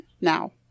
now